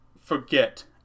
forget